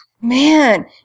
Man